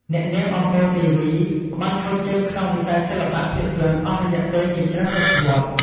អ្នកនាង អម្ពរ ទេវី បានឈរជើងក្នុងវិស័យសិល្បៈភាពយន្តអស់រយៈពេលជាច្រើនទសវត្សរ៍។